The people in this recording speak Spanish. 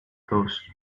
dos